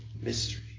mystery